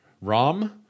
ROM